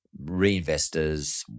reinvestors